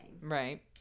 Right